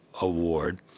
Award